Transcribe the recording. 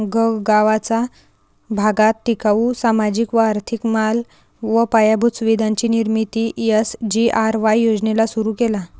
गगावाचा भागात टिकाऊ, सामाजिक व आर्थिक माल व पायाभूत सुविधांची निर्मिती एस.जी.आर.वाय योजनेला सुरु केला